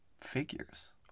figures